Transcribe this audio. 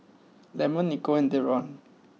Lemon Nicole and Deron